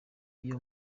iyo